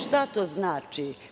Šta to znači?